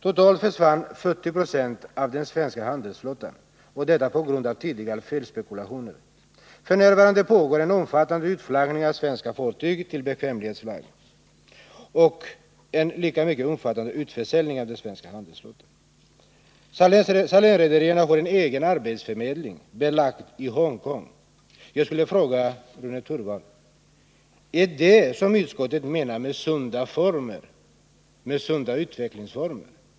Totalt försvann 40 96 av den svenska handelsflottan, på grund av tidigare felspekulationer. F. n. pågår en omfattande överföring av svenska fartyg till bekvämlighetsflagg och en lika omfattande utförsäljning av enheter ur den svenska handelsflottan. Salénrederierna har en egen arbetsförmedling, förlagd till Hongkong. Jag skulle vilja fråga Rune Torwald: Är det vad utskottet menar med sunda utvecklingsformer?